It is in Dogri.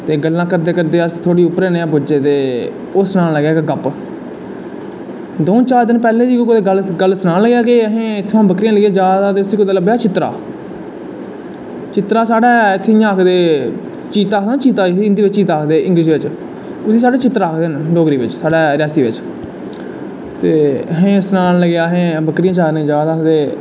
ते गल्लां करदे करदे अस उप्पर जेहै पुज्जे ते उस सनाना लगेआ गप्प दो चारदिन पैह्लें दी गल्ल सनाना लगेआ अहैं इत्थमां दा बकरियां लेइयै जा दा हा ते उसी लब्भेआ कुदै चित्तरा चित्तरा साढ़ै है इयां आखदे चीता आखदे नी हिन्दी बिच्च चीता उसी साढ़ै चित्तरा आखदे न डोगरी बिच्च रियासी बिच्च अदे सनान लगेआ अहैं बकरियां चारनें गी जा दा हा ते